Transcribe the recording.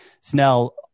Snell